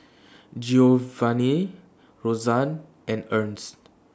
Giovanni Rosann and Ernst